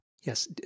Yes